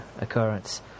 occurrence